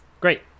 Great